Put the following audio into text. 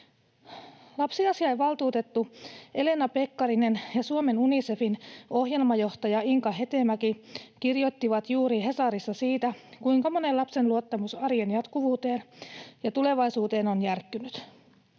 Lapsiasiainvaltuutettu Elina Pekkarinen ja Suomen Unicefin ohjelmajohtaja Inka Hetemäki kirjoittivat juuri Hesarissa siitä, kuinka monen lapsen luottamus arjen jatkuvuuteen ja tulevaisuuteen on järkkynyt.